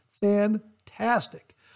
fantastic